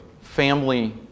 family